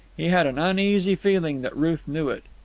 he had an uneasy feeling that ruth knew it.